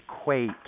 equate